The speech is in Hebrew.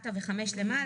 פסקה (ד).